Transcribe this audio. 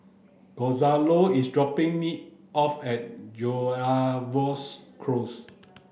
Gonzalo is dropping me off at Close